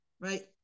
Right